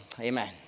Amen